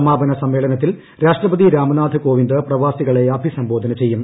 സമാപന സമ്മേളനത്തിൽ രാഷ്ട്രപതി രാംനാഥ് കോവിന്ദ് പ്രവാസികളെ അഭിസംബോധന ചെയ്യും